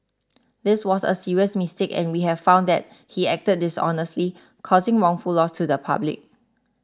this was a serious mistake and we have found that he acted dishonestly causing wrongful loss to the public